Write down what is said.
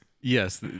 Yes